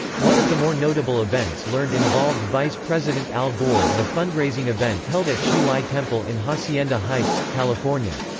one of the more notable events learned involved vice president al gore and a fund-raising event held at hsi lai temple in hacienda heights, california.